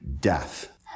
death